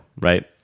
right